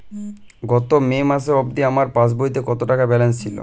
গত মে মাস অবধি আমার পাসবইতে কত টাকা ব্যালেন্স ছিল?